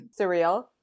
surreal